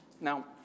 Now